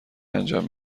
انجام